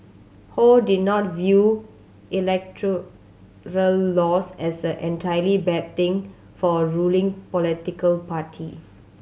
Ho did not view electoral loss as an entirely bad thing for a ruling political party